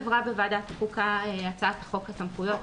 עברה בוועדת החוקה הצעת חוק הסמכויות,